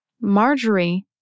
Marjorie